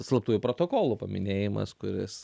slaptųjų protokolų paminėjimas kuris